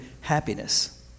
happiness